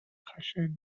خشن